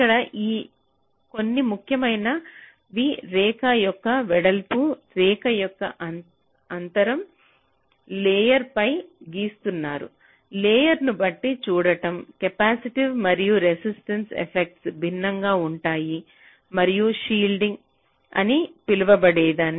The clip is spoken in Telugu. ఇక్కడ అ కొన్ని ముఖ్యమైనవి రేఖ యొక్క వెడల్పు రేఖ యొక్క అంతరం ఏ లేయర్ పై గీస్తున్నారు లేయర్ ను బట్టి చూడటం కెపాసిటివ్ మరియు రెసిస్టివ్ ఎఫెక్ట్స భిన్నంగా ఉంటాయి మరియు షీల్డింగ్ అని పిలువబడేది